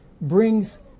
brings